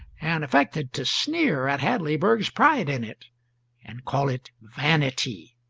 and affected to sneer at hadleyburg's pride in it and call it vanity